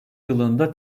yılında